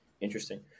Interesting